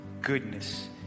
goodness